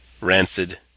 rancid